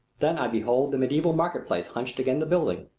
then i behold the mediaeval marketplace hunched against the building,